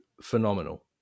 phenomenal